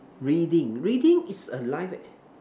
reading reading is a life e~